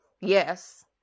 yes